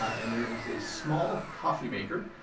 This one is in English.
and there is a small coffeemaker.